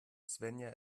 svenja